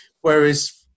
whereas